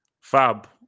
Fab